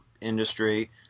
industry